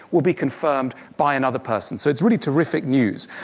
will be confirmed by another person. so it's really terrific news